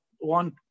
One